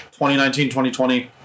2019-2020